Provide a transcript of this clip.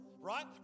Right